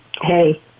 hey